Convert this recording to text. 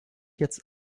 jetzt